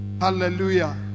Hallelujah